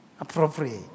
appropriate